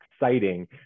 exciting